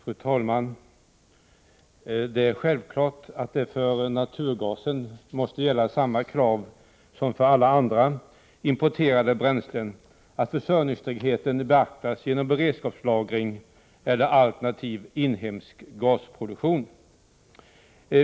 Fru talman! Det är en självklarhet att det för naturgasen måste gälla samma krav som för alla andra importerade bränslen — att försörjningstryggheten beaktas genom beredskapslagring eller alternativ inhemsk produktion.